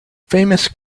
famous